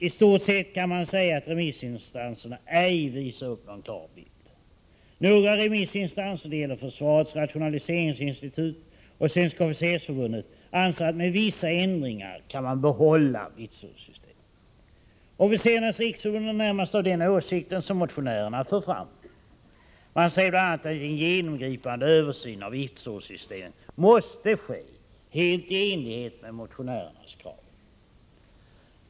I stort sett kan man säga att remissyttrandena ej visar upp en klar bild. Några remissinstanser — det gäller försvarets rationaliseringsinstitut och Svenska officersförbundet — anser att man, med vissa ändringar, kan behålla vitsordssystemet. Inom Officerarnas riksförbund är man i det närmaste av samma åsikt som den motionärerna för fram. Man säger bl.a. att en genomgripande översyn av vitsordssystemet måste ske helt i enlighet med motionärernas krav.